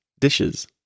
dishes